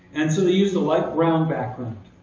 and so they used a light brown background.